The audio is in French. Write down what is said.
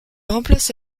remplace